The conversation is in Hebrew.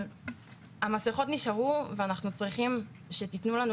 המסכות נשארו ואנחנו צריכים שתיתנו לנו